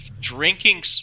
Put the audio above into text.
drinking